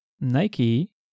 Nike